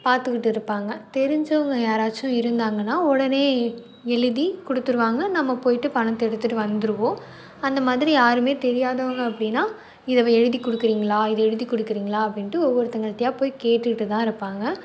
பார்த்துக்கிட்டு இருப்பாங்க தெரிஞ்சவங்க யாராச்சும் இருந்தாங்கனா உடனே எழுதி கொடுத்துருவாங்க நம்ம போய்விட்டு பணத்தை எடுத்துகிட்டு வந்துருவோம் அந்த மாதிரி யாருமே தெரியாதவங்கள் அப்படின்னா இதை எழுதிக் கொடுக்குறீங்களா இதை எழுதிக் கொடுக்குறீங்களா அப்டின்னு ஒவ்வொருத்தவங்கள்டயா போய்விட்டு கேட்டுட்டு தான் இருப்பாங்க